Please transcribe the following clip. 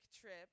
trip